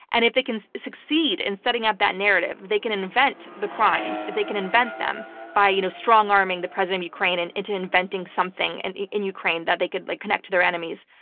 and if they can succeed in setting up that narrative, they can invent the crimes. if they can invent them by you know strongarming the president of ukraine and into inventing something and in ukraine that they could like connect to their enemies,